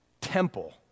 temple